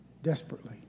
Desperately